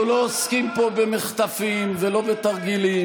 אנחנו לא עוסקים פה במחטפים ולא בתרגילים.